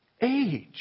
age